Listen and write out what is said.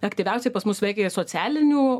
aktyviausiai pas mus veikia socialinių